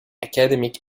academic